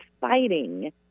fighting